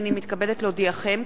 הנני מתכבדת להודיעכם,